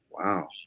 Wow